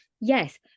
yes